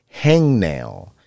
hangnail